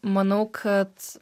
manau kad